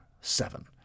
seven